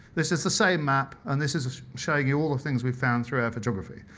this is the same map, and this is showing you all the things we found through our photography.